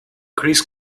chris